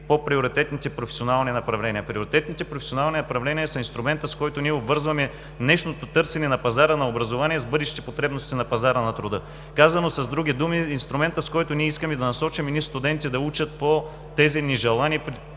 по приоритетните професионални направления. Приоритетните професионални направления са инструментът, с който ние обвързваме днешното търсене на пазара на образование с бъдещите потребности на пазара на труда. Казано с други думи, инструментът, с който ние искаме да насочим едни студенти да учат по тези нежелани